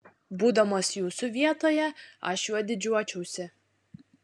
būdamas jūsų vietoje aš juo didžiuočiausi